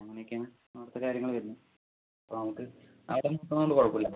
അങ്ങനെ ഒക്കെ ആണ് അവിടുത്തെ കാര്യങ്ങൾ വരുന്നത് അപ്പം നമുക്ക് അവിടെ നിൽക്കുന്നതുകൊണ്ട് കുഴപ്പം ഇല്ല